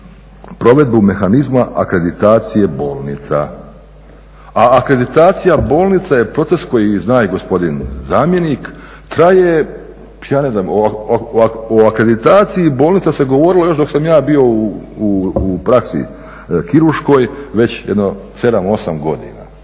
provedbu mehanizma akreditacije bolnica. A akreditacija bolnica je proces koji zna i gospodin zamjenik traje ja ne znam. O akreditaciji bolnica se govorilo još dok sam ja bio u praksi kirurškoj već jedno sedam,